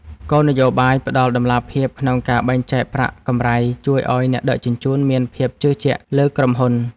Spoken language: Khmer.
គោលនយោបាយផ្ដល់តម្លាភាពក្នុងការបែងចែកប្រាក់កម្រៃជួយឱ្យអ្នកដឹកជញ្ជូនមានភាពជឿជាក់លើក្រុមហ៊ុន។